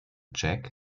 jack